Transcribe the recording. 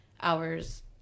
hours